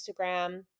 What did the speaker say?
Instagram